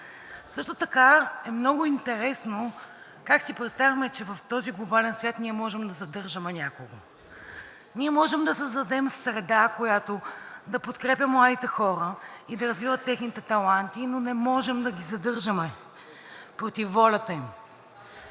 Също така е много интересно как си представяме, че в този глобален свят ние можем да задържаме някого. Ние можем да създадем среда, която да подкрепя младите хора и да развива техните таланти, но не можем да ги задържаме против волята им.